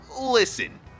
listen